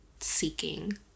seeking